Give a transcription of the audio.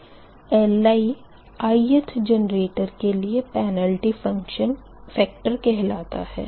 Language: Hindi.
Li ith जेनरेटर के लिए पेनल्टी फेक्टर कहलता है